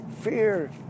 fear